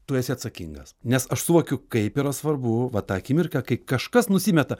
tu esi atsakingas nes aš suvokiu kaip yra svarbu va tą akimirką kai kažkas nusimeta